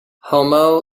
homo